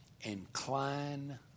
incline